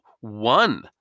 one